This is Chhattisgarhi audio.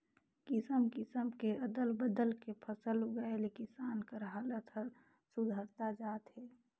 किसम किसम के अदल बदल के फसल उगाए ले किसान कर हालात हर सुधरता जात हे